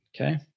Okay